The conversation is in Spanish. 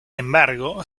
embargo